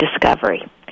discovery